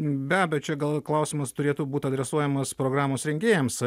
be abejo čia gal klausimas turėtų būt adresuojamas programos rengėjams